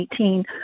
2018